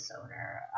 owner